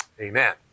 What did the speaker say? amen